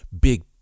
big